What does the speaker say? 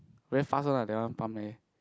very fast one lah that one pump air